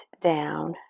down